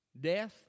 death